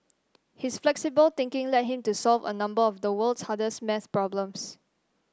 his flexible thinking led him to solve a number of the world's hardest math problems